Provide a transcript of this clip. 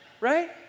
right